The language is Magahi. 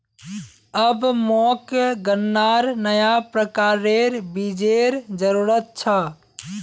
अब मोक गन्नार नया प्रकारेर बीजेर जरूरत छ